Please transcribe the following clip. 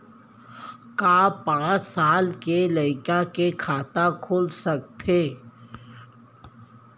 का पाँच साल के लइका के खाता खुल सकथे?